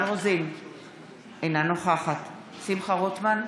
אינה נוכחת שמחה רוטמן,